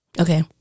okay